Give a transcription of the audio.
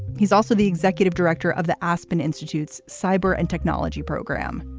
he's also the executive director of the aspen institute's cyber and technology program